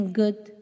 good